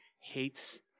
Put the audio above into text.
hates